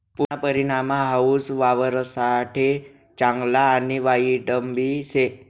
पुरना परिणाम हाऊ वावरससाठे चांगला आणि वाईटबी शे